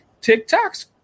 tiktok's